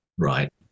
Right